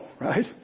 Right